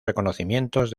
reconocimientos